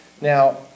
Now